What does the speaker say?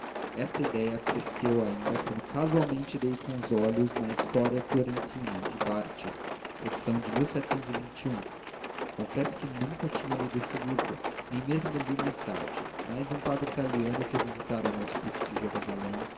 esta idéia cresceu ainda quando casualmente dei com os olhos na storia fiorentina de varchi edição de onfesso que nunca tinha lido esse livro nem mesmo o li mais tarde mas um padre italiano que eu visitara no hospício de jerusalém